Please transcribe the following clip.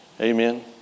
Amen